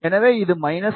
எனவே இது 3